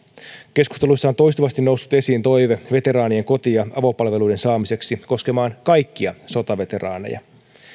keskusteluissa on toistuvasti noussut esiin toive veteraanien koti ja avopalveluiden saamiseksi koskemaan kaikkia sotaveteraaneja